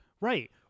Right